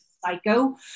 psycho